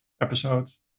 episodes